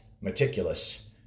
meticulous